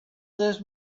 this